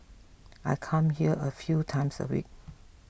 I come here a few times a week